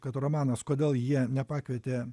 kad romanas kodėl jie nepakvietė